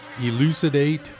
elucidate